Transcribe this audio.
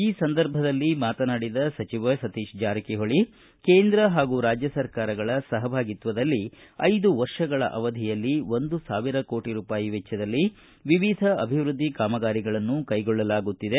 ಈ ಸಂದರ್ಭದಲ್ಲಿ ಮಾತನಾಡಿದ ಸಚಿವ ಸತೀಶ ಜಾರಕಿಹೊಳಿ ಕೇಂದ್ರ ಹಾಗೂ ರಾಜ್ಯ ಸರ್ಕಾರಗಳ ಸಹಭಾಗಿತ್ವದಲ್ಲಿ ಐದು ವರ್ಷಗಳ ಅವಧಿಯಲ್ಲಿ ಒಂದು ಸಾವಿರ ಕೋಟ ರೂಪಾಯಿಗಳ ವೆಚ್ವದಲ್ಲಿ ವಿವಿಧ ಅಭಿವೃದ್ದಿ ಕಾಮಗಾರಿಗಳನ್ನು ಕೈಗೊಳ್ಳಲಾಗುತ್ತಿದೆ